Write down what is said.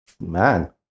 Man